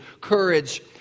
courage